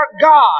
God